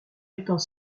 étant